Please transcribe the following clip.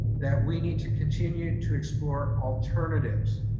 that we need to continue to explore alternatives